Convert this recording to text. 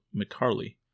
McCarley